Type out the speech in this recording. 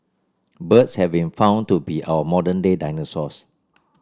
birds have been found to be our modern day dinosaurs